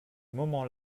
moment